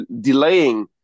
delaying